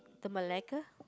the Malacca